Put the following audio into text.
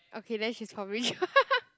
okay then she's probably